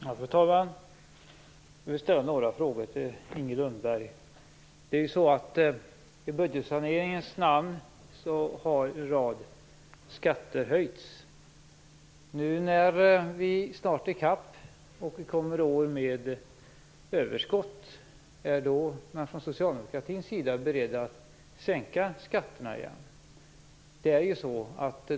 Fru talman! Jag vill ställa några frågor till Inger I budgetsaneringens namn har en rad skatter höjts. När vi nu snart är i kapp och får överskott, är man då från socialdemokratins sida beredd att sänka skatterna igen?